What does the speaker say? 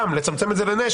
גם לצמצם את זה לנשק.